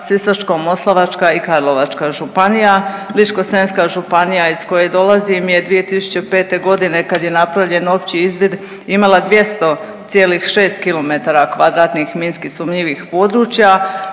Sisačko-moslavačka i Karlovačka županija. Ličko-senjska županija iz koje dolazim je 2005. kad je napravljen opći izvid imala 200,6 km2 MSP-a i još je